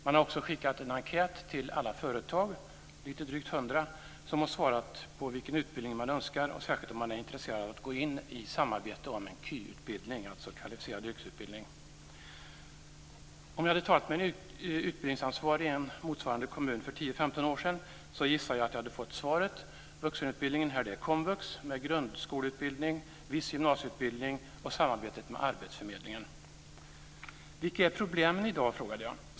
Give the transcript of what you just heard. Man har också skickat en enkät till alla företag, lite drygt 100, som har svarat på vilken utbildning man önskar och särskilt om man är intresserad att gå in i samarbete om en KY, dvs. kvalificerad yrkesutbildning. Om jag hade talat med en utbildningsansvarig i en motsvarande kommun för 10-15 år sedan gissar jag att jag hade fått svaret: Vuxenutbildningen här är komvux med grundskoleutbildning, viss gymnasieutbildning och samarbetet med arbetsförmedlingen. Jag frågade vilka problem man hade i dag.